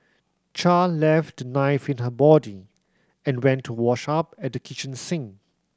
Char left the knife in her body and went to wash up at the kitchen sink